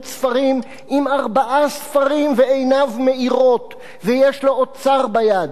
ספרים עם ארבעה ספרים ועיניו מאירות ויש לו אוצר ביד,